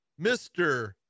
Mr